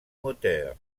moteur